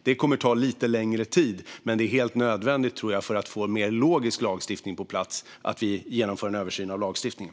Det kommer att ta lite längre tid, men för att få en mer logisk lagstiftning på plats tror jag att det är helt nödvändigt att genomföra en översyn av lagstiftningen.